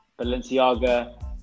Balenciaga